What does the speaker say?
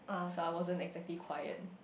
so I wasn't exactly quiet